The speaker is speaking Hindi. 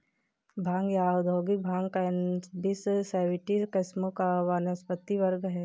भांग या औद्योगिक भांग कैनबिस सैटिवा किस्मों का एक वानस्पतिक वर्ग है